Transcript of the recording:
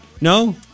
No